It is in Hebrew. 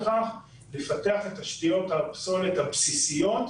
לפתח את תשתיות הפסולת הבסיסיות.